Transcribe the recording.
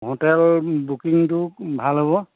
hotel বুকিংটো ভাল হ'ব